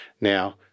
Now